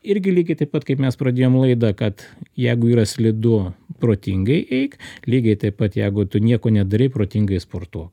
irgi lygiai taip pat kaip mes pradėjom laidą kad jeigu yra slidu protingai eik lygiai taip pat jeigu tu nieko nedarei protingai sportuok